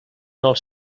els